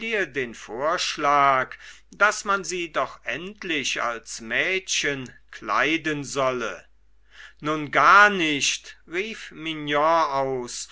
den vorschlag daß man sie doch endlich als mädchen kleiden solle nun gar nicht rief mignon aus